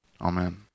Amen